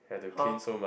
!huh!